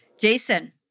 Jason